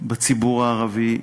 בציבור הערבי,